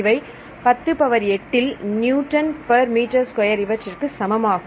இவை 10 பவர் 8 இல் Newton per metre square இவற்றிற்கு சமமாகும்